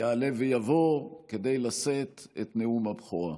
יעלה ויבוא כדי לשאת את נאום הבכורה,